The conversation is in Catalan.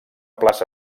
plaça